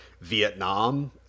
Vietnam